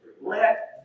Let